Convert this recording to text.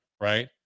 right